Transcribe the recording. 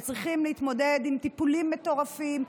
וצריכים להתמודד עם טיפולים מטורפים,